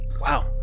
Wow